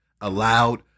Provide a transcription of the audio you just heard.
allowed